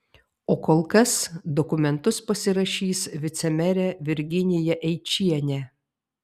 o kol kas dokumentus pasirašys vicemerė virginija eičienė